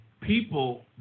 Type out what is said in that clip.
people